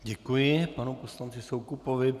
Děkuji panu poslanci Soukupovi.